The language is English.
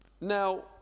Now